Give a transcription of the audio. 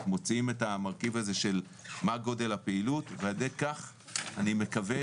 אנחנו מוצאים את המרכיב הזה של מה גודל הפעילות ועל ידי כך אני מקווה